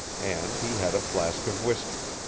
and he had a flask of whisky.